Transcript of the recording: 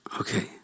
Okay